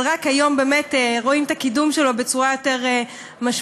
אבל רק היום באמת רואים את הקידום שלו בצורה יותר משמעותית,